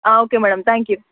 okay madam thank you